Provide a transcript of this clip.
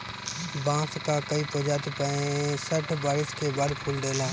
बांस कअ कई प्रजाति पैंसठ बरिस के बाद फूल देला